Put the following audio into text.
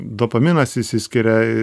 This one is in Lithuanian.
dopaminas išsiskiria